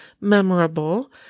memorable